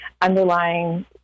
underlying